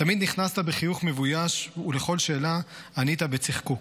תמיד נכנסת בחיוך מבויש ולכל שאלה ענית בצחקוק.